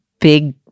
big